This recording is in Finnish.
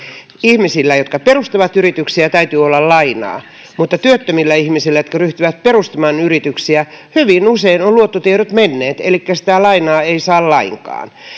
ihmisillä jotka perustavat yrityksiä täytyy olla lainaa mutta työttömillä ihmisillä jotka ryhtyvät perustamaan yrityksiä hyvin usein ovat luottotiedot menneet elikkä sitä lainaa ei saa lainkaan